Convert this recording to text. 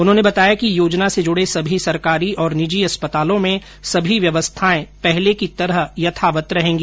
उन्होंने बताया कि योजना से जुड़े सभी सरकारी और निजी अस्पतालों में सभी व्यवस्थाएं पहले की तरह यथावत रहेगी